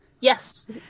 yes